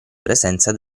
presenza